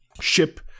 ship